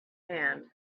hand